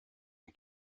une